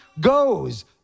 goes